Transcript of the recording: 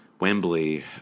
Wembley